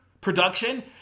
production